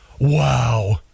Wow